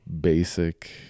basic